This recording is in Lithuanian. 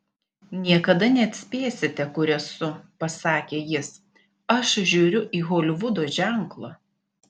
niekada neatspėsite kur esu pasakė jis aš žiūriu į holivudo ženklą